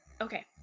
Okay